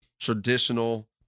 traditional